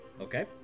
Okay